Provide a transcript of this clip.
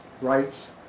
rights